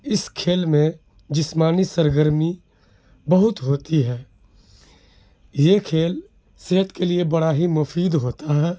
اس کھیل میں جسمانی سرگرمی بہت ہوتی ہے یہ کھیل صحت کے لیے بڑا ہی مفید ہوتا ہے